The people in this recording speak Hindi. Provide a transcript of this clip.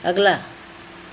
अगला